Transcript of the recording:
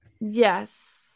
Yes